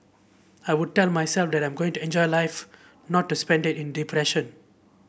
I would tell myself that I'm going to enjoy life not to spend it in depression